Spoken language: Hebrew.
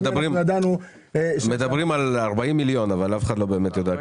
מדברים על 40 מיליון, אבל אף אחד לא באמת יודע.